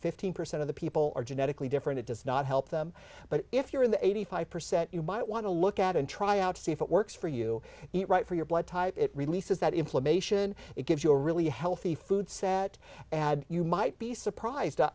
fifteen percent of the people are genetically different it does not help them but if you're in the eighty five percent you might want to look at and try out to see if it works for you eat right for your blood type it releases that inflammation it gives you a really healthy food set and you might be surprised